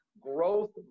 growth